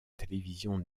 télévision